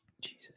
Jesus